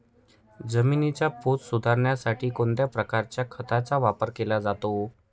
जमिनीचा पोत सुधारण्यासाठी कोणत्या प्रकारच्या खताचा वापर केला जातो?